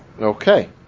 Okay